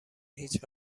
هیچ